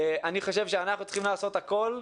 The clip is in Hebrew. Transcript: אני חושב שאנחנו צריכים לעשות הכול,